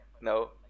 no